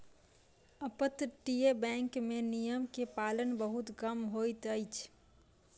अपतटीय बैंक में नियम के पालन बहुत कम होइत अछि